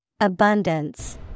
Abundance